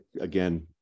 again